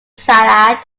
salad